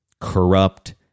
corrupt